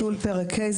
9. ביטול פרק ה'.